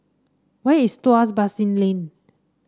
where is Tuas Basin Lane